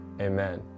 amen